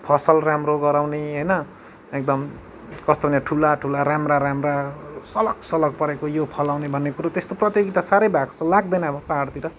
फसल राम्रो गराउने होइन एकदम कस्तो भने ठुला ठुला राम्रा राम्रा सलक सलक परेको यो फलाउने भन्ने कुरो त्यस्तो प्रतियोगिता साह्रै भएको जस्तो लाग्दैन अब पाहाडतिर